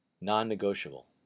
non-negotiable